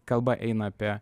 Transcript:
kalba eina apie